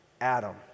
Adam